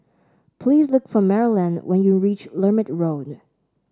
please look for Maryellen when you reach Lermit Road